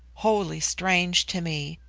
wholly strange to me,